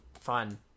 Fun